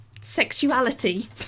sexuality